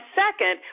second